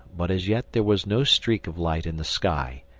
but as yet there was no streak of light in the sky,